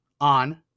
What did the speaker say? on